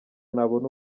nabona